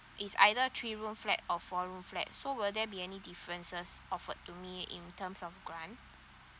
it's either three room flat or four room flat so will there be any differences offered to me in terms of grant